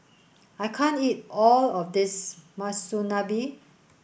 I can't eat all of this Monsunabe